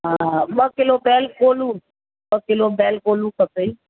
हा ॿ किलो बैल कोल्हू ॿ किलो बैल कोल्हू खपे